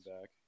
back